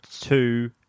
two